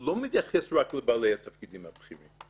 לא מתייחס רק לבעלי התפקידים הבכירים.